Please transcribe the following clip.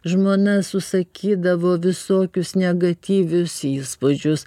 žmona susakydavo visokius negatyvius įspūdžius